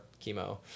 chemo